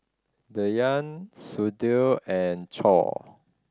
Dhyan Sudhir and Choor